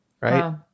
right